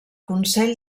consell